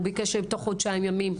הוא ביקש שתוך חודשיים ימים.